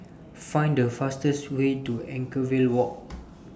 Find The fastest Way to Anchorvale Walk